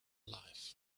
life